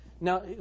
Now